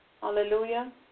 Hallelujah